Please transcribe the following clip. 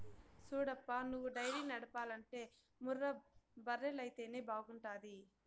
సూడప్పా నువ్వు డైరీ నడపాలంటే ముర్రా బర్రెలైతేనే బాగుంటాది